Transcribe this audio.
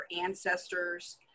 ancestors